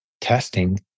testing